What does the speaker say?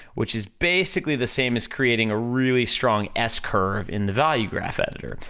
which is basically the same as creating a really strong s curve in the value graph editor.